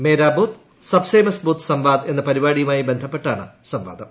മേരാ booth സബ്സേമസ്ബൂത്ത് സംവാദ് എന്ന പരിപാടിയുമായി ബന്ധപ്പെട്ടാണ് സംവാദം